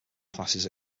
classes